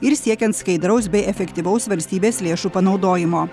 ir siekiant skaidraus bei efektyvaus valstybės lėšų panaudojimo